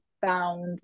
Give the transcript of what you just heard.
found